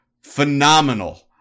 phenomenal